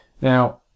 Now